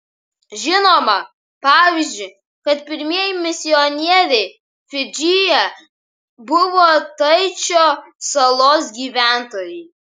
žinoma pavyzdžiui kad pirmieji misionieriai fidžyje buvo taičio salos gyventojai